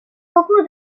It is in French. beaucoup